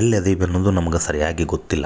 ಎಲ್ಲಿ ಅದೀವಿ ಎನ್ನುದ ನಮ್ಗೆ ಸರಿಯಾಗಿ ಗೊತ್ತಿಲ್ಲ